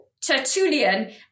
Tertullian